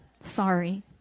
Sorry